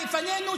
לפנינו,